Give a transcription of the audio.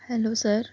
hello sir